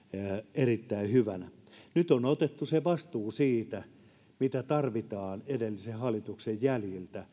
erittäin hyvänä nyt on otettu se vastuu mikä tarvitaan edellisen hallituksen jäljiltä